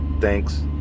thanks